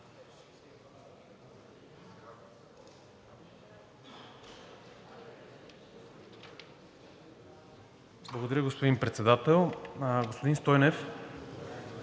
Благодаря, господин Председател. Господин Стойнев,